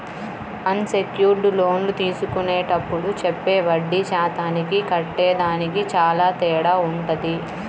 అన్ secured లోన్లు తీసుకునేప్పుడు చెప్పే వడ్డీ శాతానికి కట్టేదానికి చానా తేడా వుంటది